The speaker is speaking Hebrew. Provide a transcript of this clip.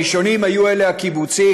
הראשונים היו הקיבוצים,